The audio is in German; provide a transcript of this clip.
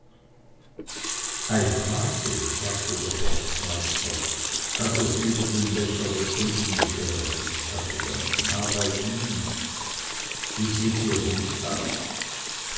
sagte der forstmeister als er sie über den becher weg von ungefähr erblickt hatte ganz nah bei ihm wie seht ihr gut aus